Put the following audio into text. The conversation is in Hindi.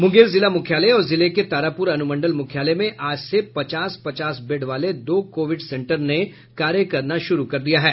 मुंगेर जिला मुख्यालय और जिले के तारापुर अनुमंडल मुख्यालय में आज से पचास पचास बेड वाले दो कोविड सेंटर ने कार्य करना शुरू कर दिया है